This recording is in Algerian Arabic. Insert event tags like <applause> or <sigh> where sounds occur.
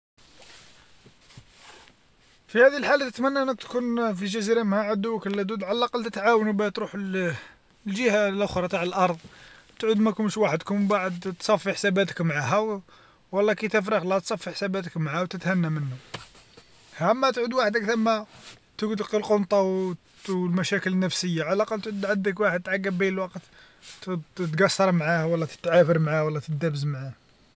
في هذه الحالة نتمنى انها تكون في جزيرة مع عدوك اللدود على الأقل تعاونو بها تروح <hesitation> الجهة لخرى تاع الأرض، تعود ماكومش وحدكوم بعد تصفي حساباتك معاها ولا كي تفرغ لرض تصفي حساباتك معاها وتتهنا منو، اما تعود وحدك ثما تقعد للقنطة <hesitation> والمشاكل النفسية على الاقل تعود عندك واحد تعقب بيه الوقت ت- تقصر معاه ولا تتعافر معاه ولا تدابز معاه.